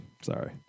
Sorry